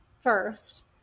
first